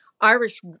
Irish